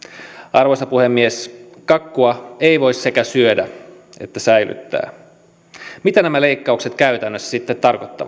arvoisa puhemies kakkua ei voi sekä syödä että säilyttää mitä nämä leikkaukset käytännössä sitten tarkoittavat